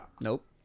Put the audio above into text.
Nope